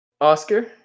Oscar